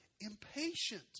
impatient